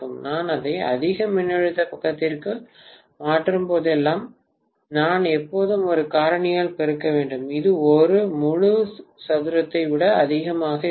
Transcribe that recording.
நான் அதை அதிக மின்னழுத்த பக்கத்திற்கு மாற்றும் போதெல்லாம் நான் எப்போதும் ஒரு காரணியால் பெருக்க வேண்டும் இது 1 முழு சதுரத்தை விட அதிகமாக இருக்கும்